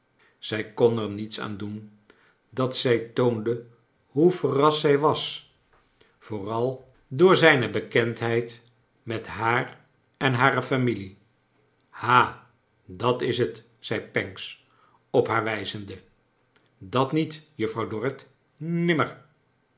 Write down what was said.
zij kon er niets aan doen dat zij toonde hoe verrast zij was vooral door zijne bekendheid met haar en hare familie ha dat is t zei pancks op haar wijzende dat niet juffrouw dorrit nimmer